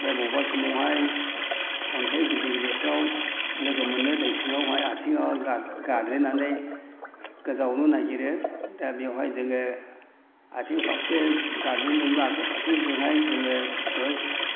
ओमफ्राय बबेबा समावहाय अन्थाइ गिदिर गिदिरफ्राव लोगो मोनो दै सिङावहाय आथिङाव गाग्लिनानै गोजावनो नागिरो दा बेवहाय जोङो आथिंफारसे गाग्लिनदोंबा आथिंफारसेजोंहाय जोङो